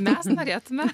mes norėtume ne